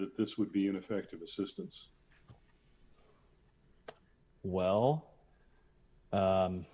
that this would be ineffective assistance well